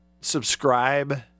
subscribe